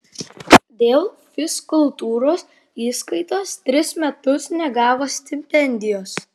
dėl fizkultūros įskaitos tris metus negavo stipendijos